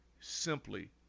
simply